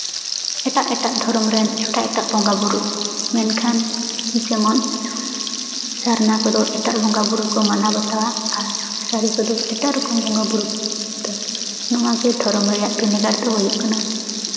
ᱮᱴᱟᱜ ᱮᱴᱟᱜ ᱫᱷᱚᱨᱚᱢ ᱨᱮᱱ ᱮᱴᱟᱜ ᱮᱴᱟᱜ ᱵᱚᱸᱜᱟᱼᱵᱳᱨᱳ ᱢᱮᱱᱠᱷᱟᱱ ᱡᱮᱢᱚᱱ ᱥᱟᱨᱱᱟ ᱠᱚᱫᱚ ᱮᱴᱟᱜ ᱵᱚᱸᱜᱟᱼᱵᱳᱨᱳ ᱠᱚ ᱢᱟᱱᱟᱣ ᱵᱟᱛᱟᱣᱟ ᱟᱨ ᱥᱟᱹᱨᱤ ᱠᱚᱫᱚ ᱮᱴᱟᱜ ᱨᱚᱠᱚᱢ ᱵᱚᱸᱜᱟᱼᱵᱳᱨᱳ ᱱᱚᱣᱟᱜᱮ ᱫᱷᱚᱨᱚᱢ ᱨᱮᱭᱟᱜ ᱵᱷᱮᱱᱮᱜᱟᱨ ᱫᱚ ᱦᱩᱭᱩᱜ ᱠᱟᱱᱟ